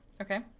Okay